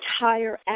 entire